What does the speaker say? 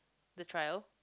the trial